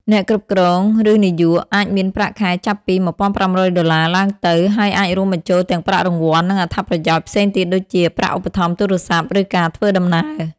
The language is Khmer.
អ្នកគ្រប់គ្រង ឬនាយក អាចមានប្រាក់ខែចាប់ពី $1,500 (USD) ឡើងទៅ ហើយអាចរួមបញ្ចូលទាំងប្រាក់រង្វាន់ និងអត្ថប្រយោជន៍ផ្សេងទៀតដូចជា ប្រាក់ឧបត្ថម្ភទូរស័ព្ទ ឬការធ្វើដំណើរ។